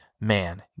Man